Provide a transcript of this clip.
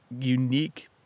unique